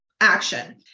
action